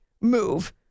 move